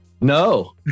No